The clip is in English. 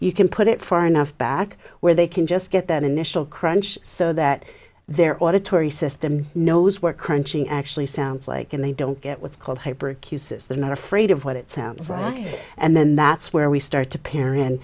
you can put it far enough back where they can just get that initial crunch so that their auditory system knows where crunching actually sounds like and they don't get what's called hyper cue says they're not afraid of what it sounds like and then that's where we start to pair